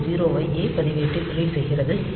board 0 I A பதிவேட்டில் read செய்கிறது